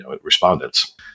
respondents